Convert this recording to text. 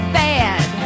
bad